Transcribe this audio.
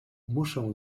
muszę